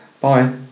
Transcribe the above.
Bye